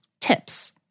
tips